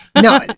no